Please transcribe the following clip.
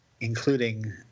including